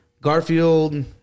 Garfield